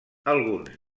alguns